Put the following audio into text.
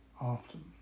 often